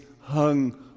hung